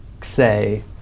say